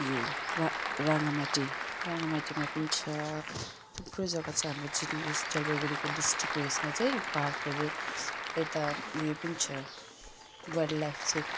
यो रा राङ्गामाटी राङ्गामाटीमा पनि छ थुप्रो जगा छ हाम्रो चाहिँ उयो जलपाइगुडी डिस्ट्रिक्टको उयसमा चाहिँ पार्कहरू यता उयो पनि छ वाइल्ड लाइफ चाहिँ